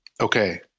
Okay